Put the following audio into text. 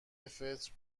فطر